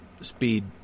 speed